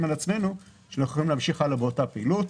על עצמנו שנוכל להמשיך הלאה באותה פעילות.